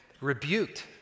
rebuked